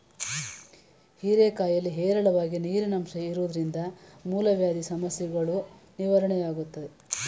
ಹೀರೆಕಾಯಿಲಿ ಹೇರಳವಾಗಿ ನೀರಿನಂಶ ಇರೋದ್ರಿಂದ ಮೂಲವ್ಯಾಧಿ ಸಮಸ್ಯೆಗಳೂ ನಿವಾರಣೆಯಾಗ್ತದೆ